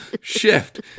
shift